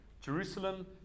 Jerusalem